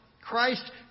Christ